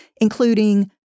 including